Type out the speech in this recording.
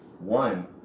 One